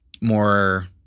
more